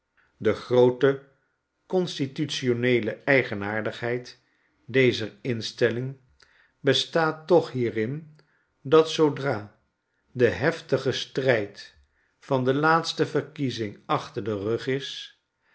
de groote constitutioneele eigenaardigheid dezerinstellingbestaat toch hierin dat zoodra de heftige stryd van de laatste verkiezing achter den rug is